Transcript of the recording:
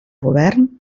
govern